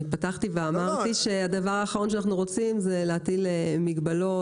פתחתי ואמרתי שהדבר האחרון שאנחנו רוצים זה להטיל מגבלות,